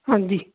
ਹਾਂਜੀ